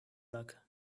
luck